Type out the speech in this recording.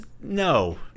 No